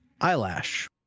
eyelash